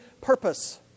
purpose